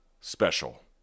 special